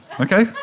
okay